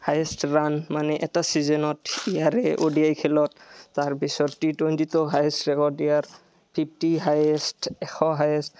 highest run মানে এটা চিজনত সি আৰ অ ডি আই খেলত তাৰপিছত টি টুৱেণ্টিটো হায়েষ্ট ৰেকৰ্ড ইয়াৰ ফিফটি হায়েষ্ট এশ হায়েষ্ট